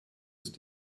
ist